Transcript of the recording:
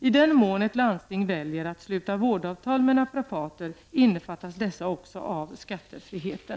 I den mån ett landsting väljer att sluta vårdavtal med naprapater innefattas dessa också av skattefriheten.